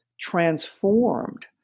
transformed